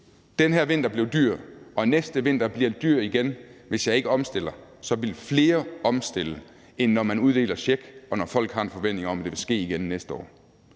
den her vinter blev dyr, og at næste vinter bliver dyr igen, hvis de ikke omstiller, så ville flere omstille, end når man uddeler en check, og når folk har en forventning om, at det vil ske igen næste år.